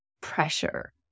pressure